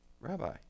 Rabbi